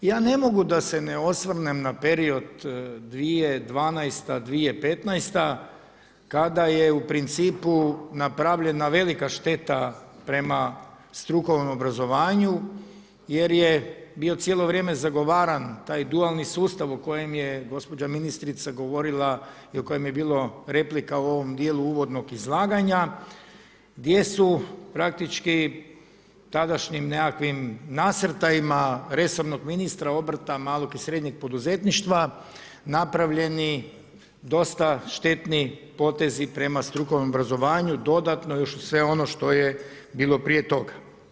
Ja ne mogu da se ne osvrnem na period 2012.-2015. kada je u principu napravljena velika šteta prema strukovnom obrazovanju jer je bio cijelo vrijeme zagovaran taj dualni sustav u kojem je gospođa ministrica govorila i u kojem je bilo replika u ovom dijelu uvodnog izlaganja, gdje su, praktički, tadašnjim nekakvim nasrtajima resornog ministra Obrta, malog i srednjeg poduzetništva napravljeni dosta štetni potezi prema strukovnom obrazovanju dodatno, uz sve ono što je bilo prije toga.